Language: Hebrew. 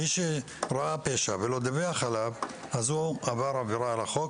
מי שראה פשע ולא דיווח עליו הוא עבר עבירה על החוק.